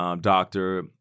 doctor